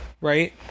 right